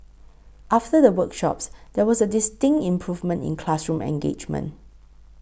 after the workshops there was a distinct improvement in classroom engagement